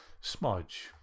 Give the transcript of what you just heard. smudge